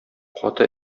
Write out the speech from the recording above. каты